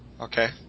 Okay